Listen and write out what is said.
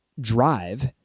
drive